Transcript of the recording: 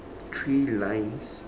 three lines